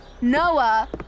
Noah